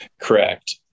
Correct